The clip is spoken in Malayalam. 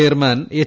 chairman H